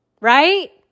right